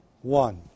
one